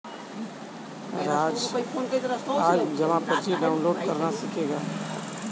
राज आज जमा पर्ची डाउनलोड करना सीखेगा